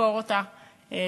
לזכור אותה,